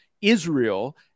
Israel